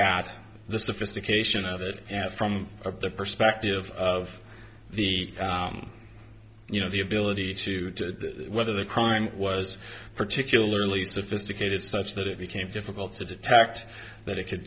at the sophistication of it and from the perspective of the you know the ability to weather the crime was particularly sophisticated such that it became difficult to detect that it could